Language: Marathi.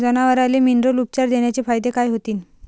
जनावराले मिनरल उपचार देण्याचे फायदे काय होतीन?